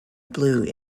blue